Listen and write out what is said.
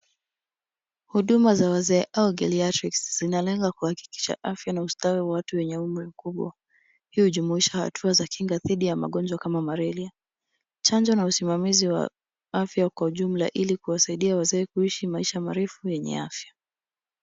Huduma za wazee au Geriatrics ,zinalenga kuhakikisha afya na ustawi wa watu wenye umri mkubwa. Hii hujumuisha hatua za kinga dhithi ya magonjwa kama malaria. chanjo na usimamizi wa afya uko jumla ili kuwasaidia wazeee kuishi maishi marefu yenye afya.